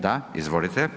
Da, izvolite.